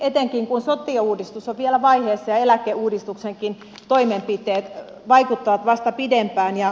etenkin kun sote uudistus on vielä vaiheessa ja eläkeuudistuksenkin toimenpiteet vaikuttavat vasta pidempänä